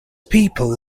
people